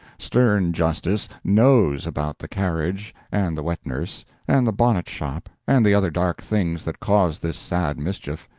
stern justice knows about the carriage and the wet-nurse and the bonnet-shop and the other dark things that caused this sad mischief,